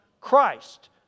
Christ